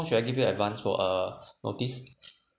should I give you advance for uh notice